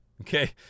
okay